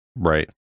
Right